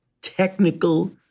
technical